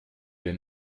den